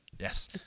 Yes